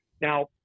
Now